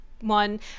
one